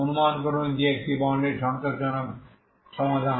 অনুমান করুন যে একটি বাউন্ডারি শর্ত সন্তোষজনক সমাধান